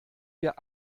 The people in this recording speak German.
wir